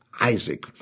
Isaac